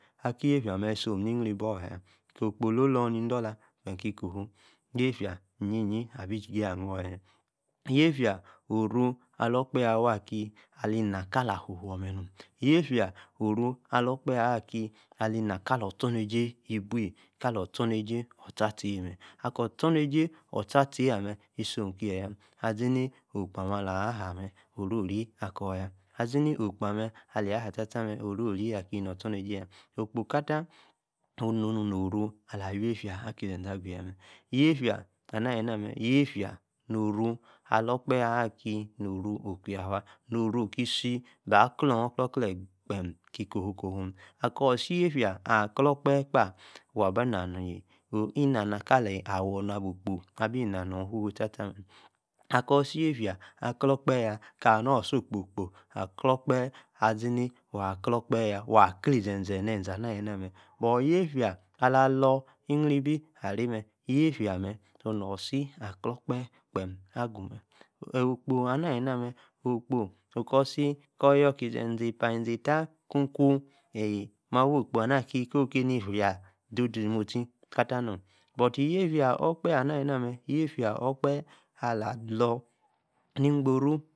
Aki-yeifia, an-mme, isom, ni-iyri,- ball, ko-kpo lo-lor, idola, kpem, ki-ko-huu, yeifia iyie-yi, aba-nor-ya, yeifia, oruu, alor, okpahe awa-ki, ali-na-kalea, ufuu, mme nom, yeifia oruu alor, okpeh ah, ki, ali-na-ka-tor-ostoinejie, ibue kalor, ostornejie, ottia-tar, eeh mme, akor, ostornejie, ottia-tie, amem, isom, kie-yaa azi-ni-okpo, ala jaa-haa nee, oro-ri, akor-yaa azi-ni okpo amen, aliy, aha-ttia-tan mme, oro-ri akinor, ostornrjie-yaa, okpo-katah, oh-no-oru, ala-wiefia, aki-ze-zee, agu-yaa mme, yiedia, amah, ali-na ali-na mme, yeifia, no-oru, alor, okpale aki, a no-oru, alor, okpehe, aki, no-oru, okwiafua, no-oru-ki, ce bah, klon-or klekle, kpem. ki-ke-huu, ko-huu, mme, akor, ce, yeifia, aklor-okpehe, kpa, waa bi-na ina, na kie, awor, na ni okpo, abi na-nor ihufiey, tor-tor, mme, akor, cei yerfia, aklor okpehe, yaa, akah, hah, ni, wa-bi, cei-okpo-okpo, aklor- okpehe, azi-ni, wa, klor okpehe-yaa, wah, kié-ze zee, eze-ana, ali-na nne, bool, yeifia, alori. iyri-bi areg-mme, yeifia, amem, nor-si, aklor-okpehe, kpem ahu-mme, okpo, ana, ali-si-namme, okpo, okor. si, kuu yor-iai-epa, izie-atta, kun, ku, eyie, amma, awo-okpo ana, aki, ko-oh, keni, fia, do-do, ofie, katah, nom bot, yeifia, okpehe, ana, ali-na-mme, yeifia, okpehe ala, lor, igboro.